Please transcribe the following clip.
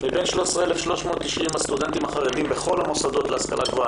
מבין 13,390 הסטודנטים החרדים בכל המוסדות להשכלה גבוהה,